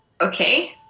okay